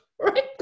right